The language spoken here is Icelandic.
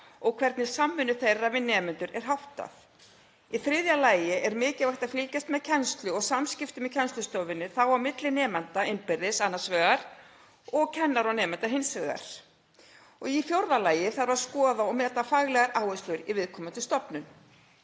og hvernig samvinnu þeirra við nemendur er háttað. Í þriðja lagi er mikilvægt að fylgjast með kennslu og samskiptum í kennslustofunni, þá á milli nemenda innbyrðis annars vegar og kennara og nemenda hins vegar. Í fjórða lagi þarf að skoða og meta faglegar áherslur í viðkomandi stofnun.